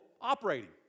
operating